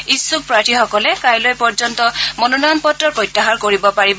ইচ্ছুক প্ৰাৰ্থীসকলে কাইলৈ পৰ্যন্ত মনোনয়নপত্ৰ প্ৰত্যাহাৰ কৰিব পাৰিব